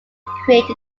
create